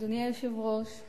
אדוני היושב-ראש,